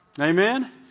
Amen